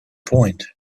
point